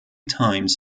times